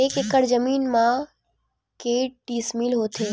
एक एकड़ जमीन मा के डिसमिल होथे?